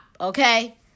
okay